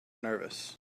nervous